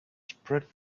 spread